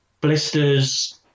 blisters